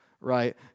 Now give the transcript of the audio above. right